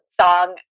song